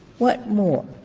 what more